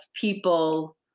people